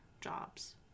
jobs